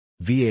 VA